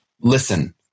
listen